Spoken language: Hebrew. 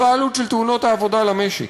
זו העלות של תאונות העבודה למשק.